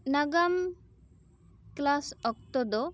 ᱱᱟᱜᱟᱢ ᱠᱞᱟᱥ ᱚᱠᱛᱚ ᱫᱚ